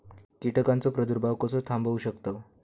कीटकांचो प्रादुर्भाव कसो थांबवू शकतव?